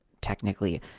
technically